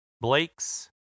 blake's